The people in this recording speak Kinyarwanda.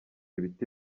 ibiti